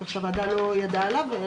כך שהוועדה לא ידעה עליו.